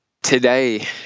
Today